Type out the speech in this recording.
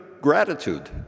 gratitude